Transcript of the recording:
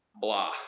blah